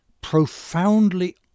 profoundly